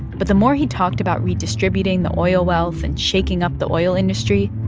but the more he talked about redistributing the oil wealth and shaking up the oil industry,